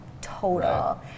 total